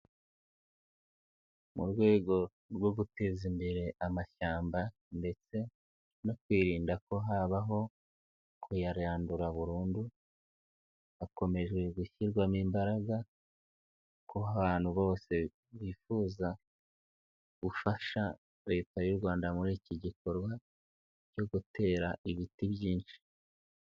Mu rwego rwo guteza imbere amashyamba ndetse no kwirinda ko habaho kuyarandura burundu, hakomeje gushyirwamo imbaraga ku bantu bose bifuza gufasha Leta y'u Rwanda muri iki gikorwa cyo gutera ibiti byinshi.